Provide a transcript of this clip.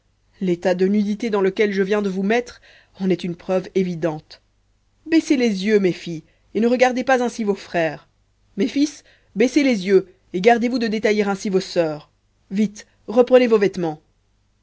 l'état de nudité dans lequel je viens de vous mettre en est une preuve évidente baissez les yeux mes filles et ne regardez pas ainsi vos frères mes fils baissez les yeux et gardez-vous de détailler ainsi vos soeurs vite reprenez vos vêtements